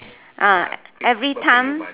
ah every time